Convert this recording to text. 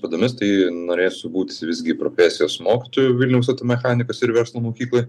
pėdomis tai norėsiu būt visgi profesijos mokytoju vilniaus automechanikos ir verslo mokykloj